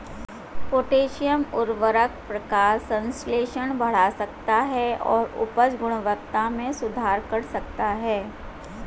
potassium उवर्रक प्रकाश संश्लेषण बढ़ा सकता है और उपज गुणवत्ता में सुधार कर सकता है